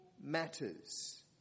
matters